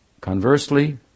conversely